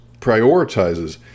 prioritizes